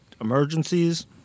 emergencies